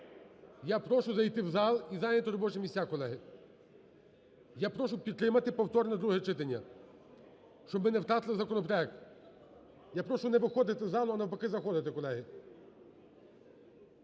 Я прошу зайти в зал і зайняти робочі місця, колеги. Я прошу підтримати повторне друге читання, щоб ми не втратили законопроект. Я прошу не виходити із залу, а навпаки заходити, колеги.